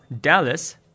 Dallas